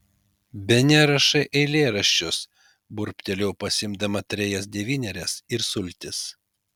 bene rašai eilėraščius burbtelėjau pasiimdama trejas devynerias ir sultis